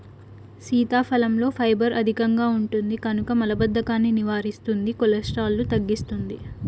సీతాఫలంలో ఫైబర్ అధికంగా ఉంటుంది కనుక మలబద్ధకాన్ని నివారిస్తుంది, కొలెస్ట్రాల్ను తగ్గిస్తుంది